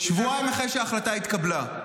שבועיים אחרי שההחלטה התקבלה.